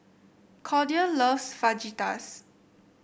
Cordia loves Fajitas